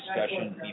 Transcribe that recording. discussion